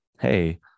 Hey